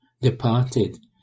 departed